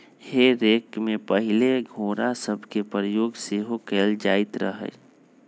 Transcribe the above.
हे रेक में पहिले घोरा सभके प्रयोग सेहो कएल जाइत रहै